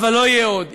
אבל לא יהיה עוד.